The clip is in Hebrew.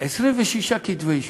26 כתבי-אישום.